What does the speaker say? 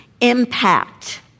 impact